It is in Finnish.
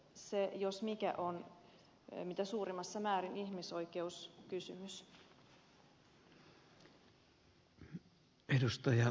se jos mikä on mitä suurimmassa määrin ihmisoikeuskysymys